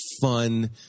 fun